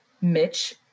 Mitch